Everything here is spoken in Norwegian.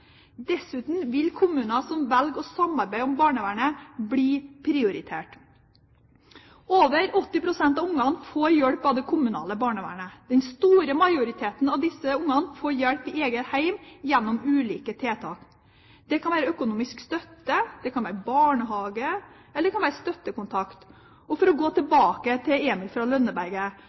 Dessuten vil kommuner som velger å samarbeide om barnevernet, bli prioritert. Over 80 pst. av barna får hjelp av det kommunale barnevernet. Den store majoriteten av disse barna får hjelp i eget hjem gjennom ulike tiltak. Det kan være økonomisk støtte, det kan være barnehage, eller det kan være støttekontakt. For å gå tilbake til Emil fra Lønneberget: